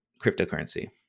cryptocurrency